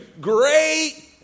great